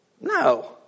No